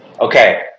Okay